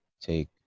Take